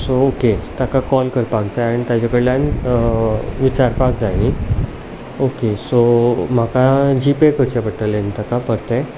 so okay ताका call करपाक जाय आनी ताजे कडल्यान विचारपाक जाय न्ही ओके सो म्हाका जीपे करचे पडले न्ही ताका परतें